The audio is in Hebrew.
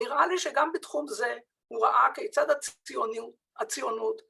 ‫נראה לי שגם בתחום זה ‫הוא ראה כיצד הציונות...